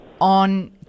on